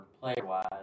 player-wise